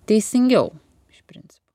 teisingiau iš principo